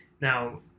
Now